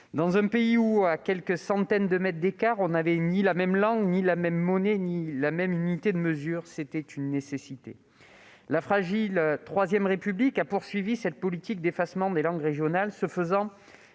Dans un pays où, à quelques centaines de mètres d'écart, on n'avait ni la même langue, ni la même monnaie, ni la même unité de mesure, c'était une nécessité. La fragile Troisième République a poursuivi cette politique d'effacement des langues régionales. Ce faisant,